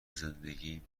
زندگیم